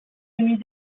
nuit